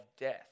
death